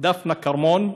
דפנה כרמון.